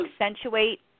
accentuate